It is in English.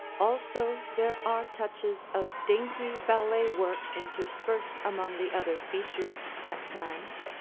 also there are touches of dainty ballet work interspersed among the other features, at times.